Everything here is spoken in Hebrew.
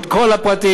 את כל הפרטים,